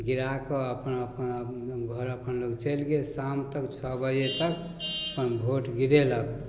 गिरा कऽ अपन अपन घर अपन लोक चलि गेल शाम तक छओ बजे तक अपन भोट गिरेलक